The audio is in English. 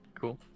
Cool